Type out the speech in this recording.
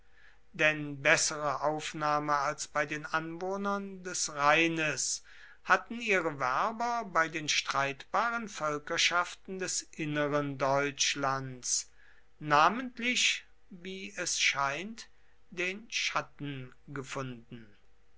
denn bessere aufnahme als bei den anwohnern des rheines hatten ihre werber bei den streitbaren völkerschaften des inneren deutschlands namentlich wie es scheint den chatten gefunden